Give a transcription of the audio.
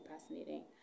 fascinating